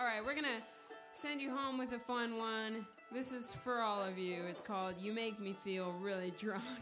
all right we're going to send you home with a fine line this is for all of you it's called you make me feel really